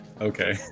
Okay